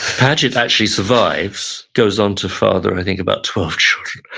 paget actually survives, goes on to father, i think, about twelve children,